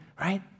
right